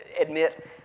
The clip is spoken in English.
admit